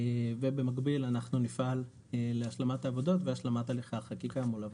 ובמקביל נפעל להשלמת העבודות והשלמת הליכי החקיקה מול הוועדה.